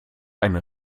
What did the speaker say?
eine